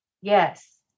Yes